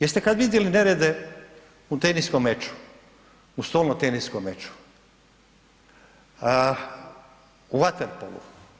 Jeste kada vidjeli nerede u teniskom meču, u stolnoteniskom meču u vaterpolu?